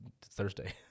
Thursday